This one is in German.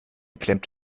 klemmt